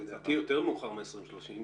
לדעתי זה יותר מאוחר מ-2030.